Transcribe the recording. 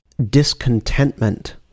discontentment